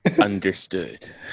Understood